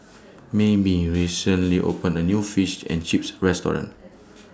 Mayme recently opened A New Fish and Chips Restaurant